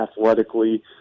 athletically